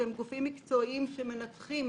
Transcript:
שהן גופים מקצועיים שמנתחים